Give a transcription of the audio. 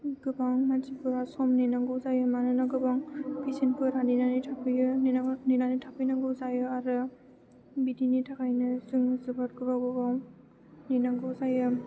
गोबां मानसिफोरा सम नेनांगौ जायो मानोना गोबां पेसेन्टफोरा नेनानै थाफैयो नेनानै थाफैनांगौ जायो आरो बिदिनि थाखायनो जोङो जोबोद गोबाव गोबाव नेनांगौ जायो